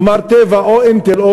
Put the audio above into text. כלומר "טבע" ו"אינטל",